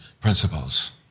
principles